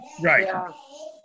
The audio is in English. right